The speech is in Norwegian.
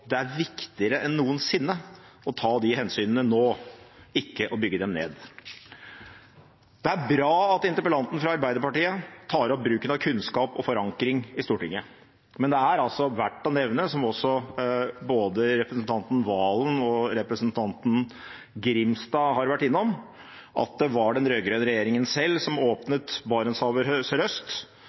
det er viktigere enn noensinne å ta de hensynene nå – ikke å bygge dem ned. Det er bra at interpellanten fra Arbeiderpartiet tar opp bruken av kunnskap og forankring i Stortinget, men det er verdt å nevne, som også både representanten Valen og representanten Grimstad har vært innom, at det var den rød-grønne regjeringen selv som åpnet Barentshavet sørøst.